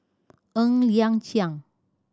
Ng Liang Chiang